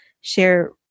share